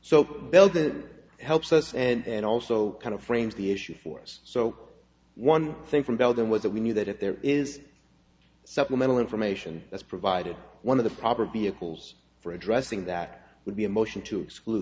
that helps us and also kind of frames the issue for us so one thing from belgium was that we knew that if there is supplemental information that's provided one of the proper vehicles for addressing that would be a motion to exclude